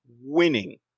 winning